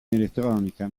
elettronica